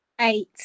Eight